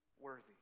worthy